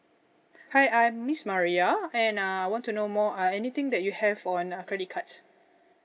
hi I'm miss maria and uh I want to know more uh anything that you have on uh credit cards